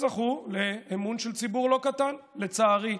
וזכו לאמון של ציבור לא קטן, לצערי.